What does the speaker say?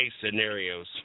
scenarios